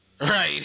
Right